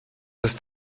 ist